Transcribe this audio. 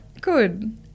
Good